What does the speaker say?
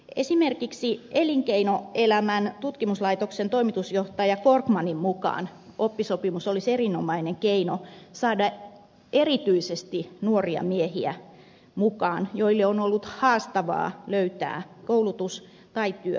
esimerkiksi elinkeinoelämän tutkimuslaitoksen toimitusjohtaja korkmanin mukaan oppisopimus olisi erinomainen keino saada erityisesti nuoria miehiä mukaan joille on ollut haastavaa löytää koulutus tai työpaikka